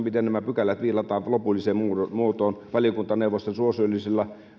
miten nämä pykälät viilataan lopulliseen muotoon valiokuntaneuvosten suosiollisella